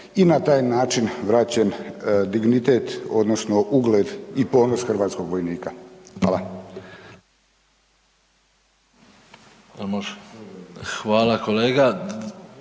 i na taj način vraćen dignitet odnosno ugled i ponos hrvatskog vojnika. Hvala. **Bačić, Ante